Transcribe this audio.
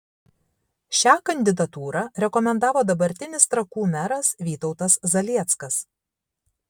šią kandidatūrą rekomendavo dabartinis trakų meras vytautas zalieckas